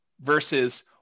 versus